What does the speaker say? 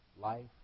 life